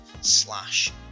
slash